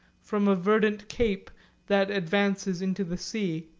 from a verdant cape that advances into the sea.